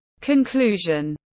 Conclusion